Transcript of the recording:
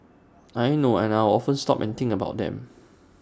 I know I'll often stop and think about them